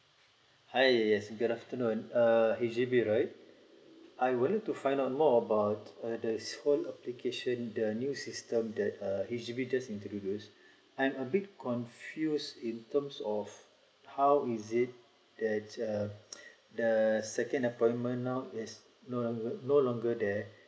hi yes good afternoon uh H_D_B right I would like to find out more about uh this whole application the new system that uh H_D_B just introduced I'm a bit confused in terms of how is it that's uh the second appointment now is no longer no longer there